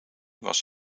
was